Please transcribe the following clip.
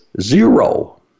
zero